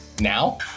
now